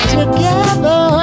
together